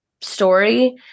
story